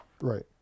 Right